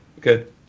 Good